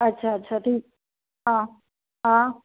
अच्छा अच्छा ठीक हा हा